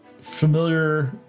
familiar